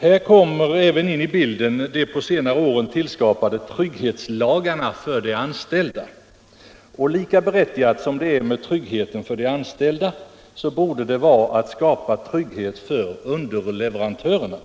Här kommer även in i bilden de på senare år tillskapade trygghetslagarna för de anställda. Lika berättigat som det är med trygghet för de anställda borde det vara att skapa trygghet för underleverantörerna.